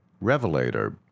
Revelator